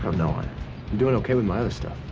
um know. i'm doing okay with my other stuff.